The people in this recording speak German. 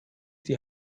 die